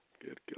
Good